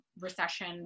recession